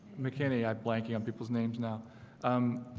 mckinney i blanking on people's names now um